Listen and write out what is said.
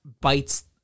bites